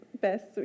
best